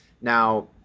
Now